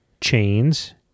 chains